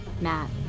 Matt